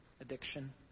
addiction